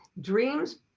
Dreams